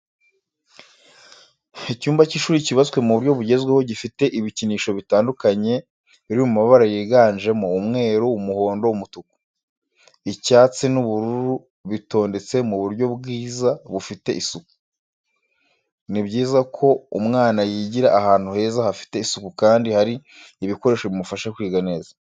Icyumba cy'ishuri cyubatse mu buryo bugezweho gifite ibikinisho bitandukanye, biri mu mabara yiganjemo umweru, umuhondo, umutuku. icyatsi n'ubururu bitondetse mu buryo bwiza bufite isuku. Ni byiza ko umwana yigira ahantu heza hafite isuku kandi hari ibikoresho bimufasha kwiga neza.